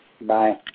Bye